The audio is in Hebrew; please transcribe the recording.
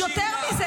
נקשיב לך,